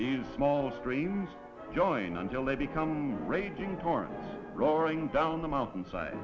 the small streams join until they become raging torrent roaring down the mountainside